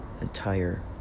Entire